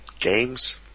Games